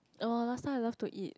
oh last time I love to eat